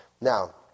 Now